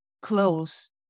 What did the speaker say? close